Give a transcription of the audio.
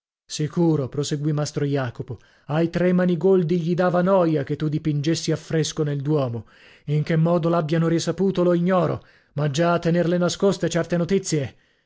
sicuro proseguì mastro jacopo ai tre manigoldi gli dava noia che tu dipingessi a fresco nel duomo in che modo l'abbiano risaputo lo ignoro ma già a tenerle nascoste certe notizie